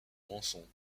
rançon